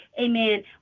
Amen